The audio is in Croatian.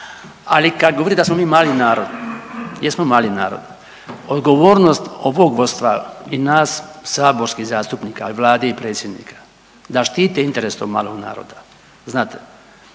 ali kad govorimo da smo mi mali narod, jesmo mali narod, odgovornost ovog vodstva i nas saborskih zastupnika i Vlade i Predsjednika da štiti interes tog malog naroda, znate?